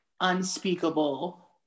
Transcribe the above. unspeakable